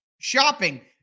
shopping